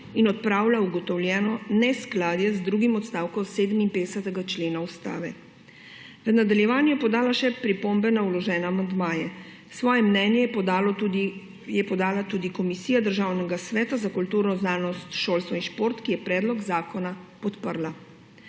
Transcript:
in odpravlja ugotovljeno neskladje z drugim odstavkom 57. člena Ustave. V nadaljevanju je podala še pripombe na vložene amandmaje. Svoje mnenje je podala tudi Komisija Državnega sveta za kulturo, znanost, šolstvo in šport, ki je predlog zakona podprla.